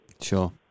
Sure